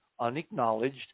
unacknowledged